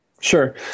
Sure